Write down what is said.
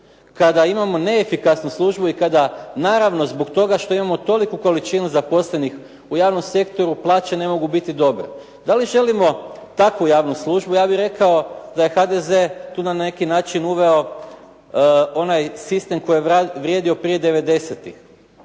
kada imamo neefikasnu službu i kada naravno zbog toga što imamo toliku količinu zaposlenih u javnom sektoru, plaće ne mogu biti dobre. Da li želimo takvu javnu službu, ja bih rekao da je HDZ tu na neki način uveo onaj sistem koji je vrijedio prije